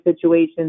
situations